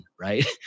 right